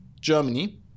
Germany